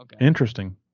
Interesting